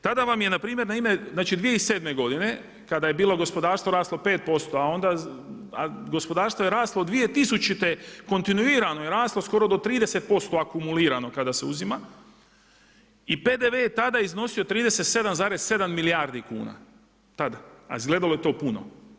Tada vam je npr. na ime, znači 2007. godine kada je bilo gospodarstvo raslo 5%, a gospodarstvo je raslo 2000. kontinuirano je raslo skoro do 30% akumulirano kada se uzima i PDV je tada iznosio 37,7 milijardi kuna, tada, a izgledalo je to puno.